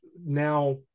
now